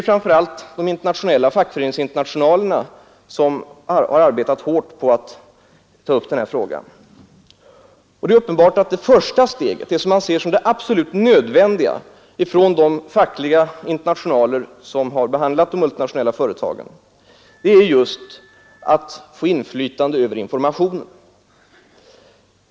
Framför allt har fackföreningsinternationalerna arbetat hårt på att ta upp den här frågan. Det är uppenbart att det första steget, det som man ser som det absolut nödvändiga inom de fackliga internationaler som har behandlat problemen med de multinationella företagen, är att få inflytande över informationen.